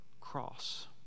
cross